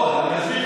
או ב'?